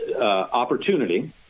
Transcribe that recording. opportunity